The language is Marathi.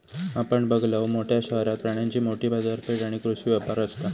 आपण बघलव, मोठ्या शहरात प्राण्यांची मोठी बाजारपेठ आणि कृषी व्यापार असता